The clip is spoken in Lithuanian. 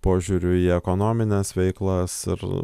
požiūriu į ekonomines veiklas ir